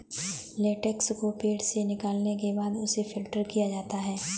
latex को पेड़ से निकालने के बाद उसे फ़िल्टर किया जाता है